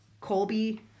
Colby